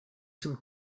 some